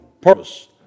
purpose